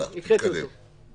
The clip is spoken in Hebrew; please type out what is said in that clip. כן, הקראתי אותו.